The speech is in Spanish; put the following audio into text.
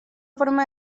forma